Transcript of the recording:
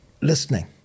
listening